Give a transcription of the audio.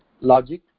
logic